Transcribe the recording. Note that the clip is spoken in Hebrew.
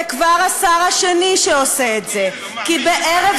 וכבר השר השני שעושה את זה, תמר,